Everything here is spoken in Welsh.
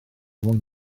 mwyn